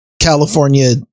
california